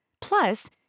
plus